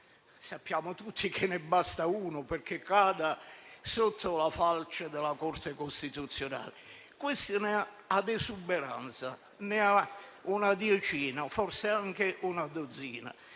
Sappiamo tutti che ne basta uno perché cada sotto la falce della Corte costituzionale. Questo ne ha ad esuberanza, ne ha una decina, e forse anche una dozzina.